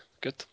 good